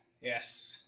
Yes